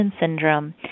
syndrome